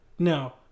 Now